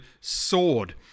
Sword